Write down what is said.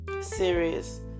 serious